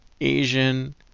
Asian